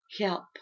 help